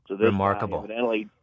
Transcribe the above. Remarkable